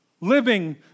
living